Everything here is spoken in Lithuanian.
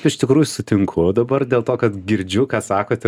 iš tikrųjų sutinku dabar dėl to kad girdžiu ką sakot ir